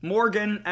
Morgan